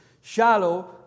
Shallow